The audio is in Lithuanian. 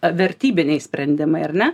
vertybiniai sprendimai ar ne